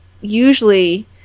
usually